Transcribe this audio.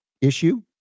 issue